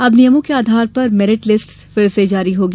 अब नियमों के आधार पर मेरिट लिस्ट फिर से जारी होगी